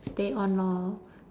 stay on lor